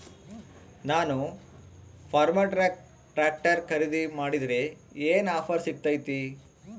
ನಾನು Farmtrac tractor ಖರೇದಿ ಮಾಡಿದ್ರೆ ಏನು ಆಫರ್ ಸಿಗ್ತೈತಿ?